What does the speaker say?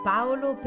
Paolo